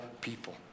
people